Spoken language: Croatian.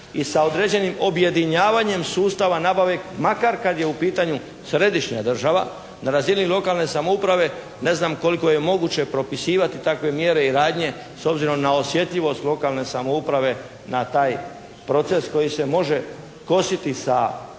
i sa određenim objedinjavanjem sustava nabave makar kad je u pitanju središnja država, na razini lokalne samouprave ne znam koliko je moguće propisivati takve mjere i radnje s obzirom na osjetljivost lokalne samouprave na taj proces koji se može kositi Konvencijom